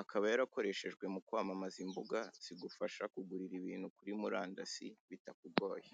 Akaba yarakoreshejwe mu kwamamaza imbuga zigufasha kugurira ibintu kuri murandasi bitakugoye.